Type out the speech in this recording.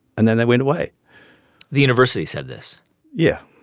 and then they went away the university said this yeah